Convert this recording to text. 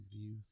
views